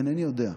אינני יודע,